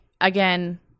Again